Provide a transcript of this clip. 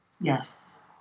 Yes